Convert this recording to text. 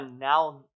now